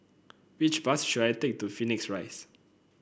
which bus should I take to Phoenix Rise